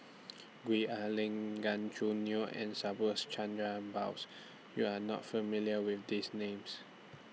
Gwee Ah Leng Gan Choo Neo and Subhas Chandra Bose YOU Are not familiar with These Names